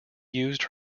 used